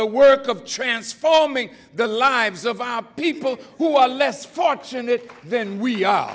the work of transforming the lives of our people who are less fortunate then we are